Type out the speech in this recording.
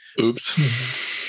Oops